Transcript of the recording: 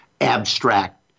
abstract